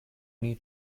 new